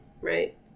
right